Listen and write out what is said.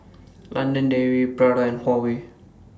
London Dairy Prada and Huawei